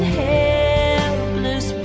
helpless